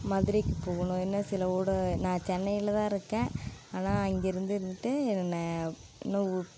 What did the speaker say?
மதுரைக்கு போகணும் இன்னும் சில ஊர் நான் சென்னையில் தான் இருக்கேன் ஆனால் இங்கே இருந்துக்கிட்டு நான் இன்னும் ஊ